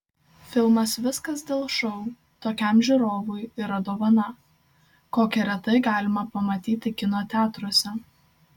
filmas viskas dėl šou tokiam žiūrovui yra dovana kokią retai galima pamatyti kino teatruose